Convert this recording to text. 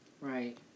Right